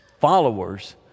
Followers